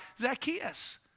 Zacchaeus